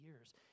years